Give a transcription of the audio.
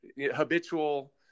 habitual